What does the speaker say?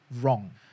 wrong